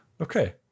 Okay